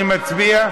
אני מצביע.